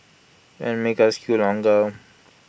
and make us queue longer